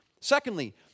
Secondly